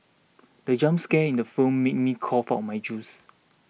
the jump scare in the film made me cough out my juice